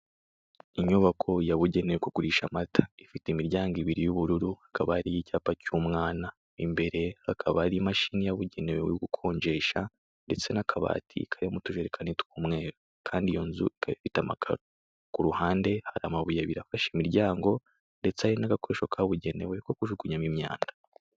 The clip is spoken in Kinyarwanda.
Inyubako yabugenewe kugurisha amata. Ifite imiryango ibiri y'ubururu hakaba hariho icyapa cy'umwana. Imbere hakaba hari imashini yabugenewe gukonjesha ndetse n'akabati karimo utujerekani tw'umweru. Kandi iyo nzu ikaba ifite amakaro, ku ruhande hari amabuye abiri afashe imiryango ndetse n'agakoresho kabugenewe ko kujugunyamo imyanda.